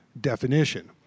definition